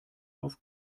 auf